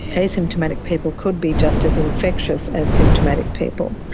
asymptomatic people could be just as infectious as symptomatic people.